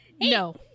no